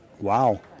Wow